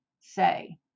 say